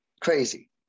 Crazy